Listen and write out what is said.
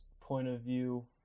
point-of-view